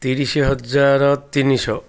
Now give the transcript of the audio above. ତିରିଶି ହଜାର ତିନି ଶହ